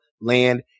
land